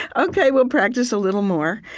ok. we'll practice a little more.